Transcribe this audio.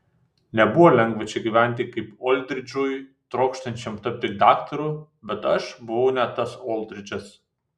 nebuvo lengva čia gyventi kaip oldridžui trokštančiam tapti daktaru bet aš buvau ne tas oldridžas